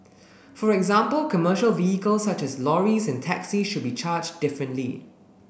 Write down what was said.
for example commercial vehicles such as lorries and taxis should be charged differently